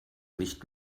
nicht